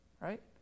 right